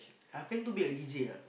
I planning to be a D_J ah